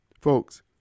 Folks